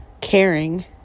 caring